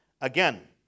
again